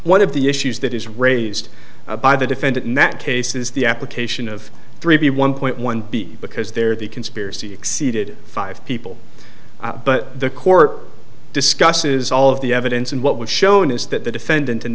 one of the issues that is raised by the defendant in that case is the application of three b one point one b because there the conspiracy exceeded five people but the court discusses all of the evidence and what was shown is that the defendant in